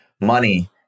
money